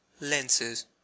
Lenses